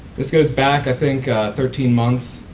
this goes back i think thirteen months